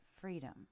freedom